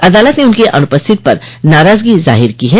अदालत ने उनकी अनुपस्थित पर नाराजगी जाहिर की है